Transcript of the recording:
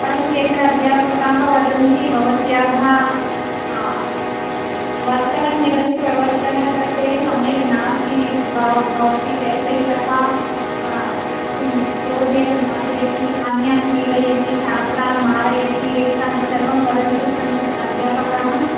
परं केचन अध्यापकाः वदन्ति भवत्याः वर्तनं यदस्ति प्रवर्तन तत्तेव सम्यक् नास्ति भवती ज्येष्ठैः सह किं क्रोधेन भाषयति अन्यान् पीडयति छात्रान् मारयति एतत् सर्वं वदन्तस्सन्ति अध्यापकाः